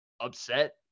upset